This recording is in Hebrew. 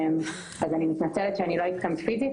אז אני מתנצלת שאני לא איתכם פיזית.